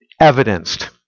evidenced